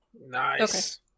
Nice